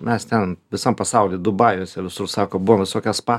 mes ten visam pasauly dubajuose visur sako buvom visokias spa